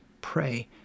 pray